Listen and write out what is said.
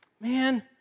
man